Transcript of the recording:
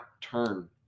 turn